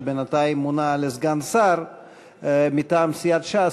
שבינתיים מונה לסגן שר מטעם סיעת ש"ס,